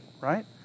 right